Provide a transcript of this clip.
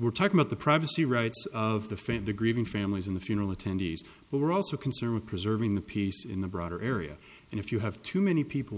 we're talking about the privacy rights of the family grieving families in the funeral attendees but we're also concerned with preserving the peace in the broader area and if you have too many people